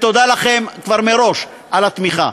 תודה לכם כבר מראש על התמיכה.